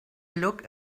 look